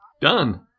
done